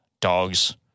dogs